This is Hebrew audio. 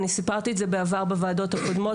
אני סיפרתי את זה בעבר בוועדות הקודמות,